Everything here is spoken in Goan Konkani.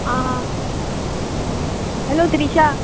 आ हा हॅलो त्रिशा